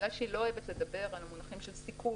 בגלל שהיא לא אוהבת לדבר על מונחים של סיכול,